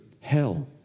hell